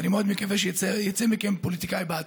ואני מאוד מקווה שייצא מכם פוליטיקאי בעתיד.